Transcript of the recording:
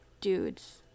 dude's